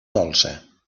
dolça